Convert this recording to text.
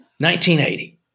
1980